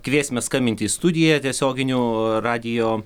kviesime skambinti į studiją tiesioginiu radijo